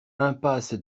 impasse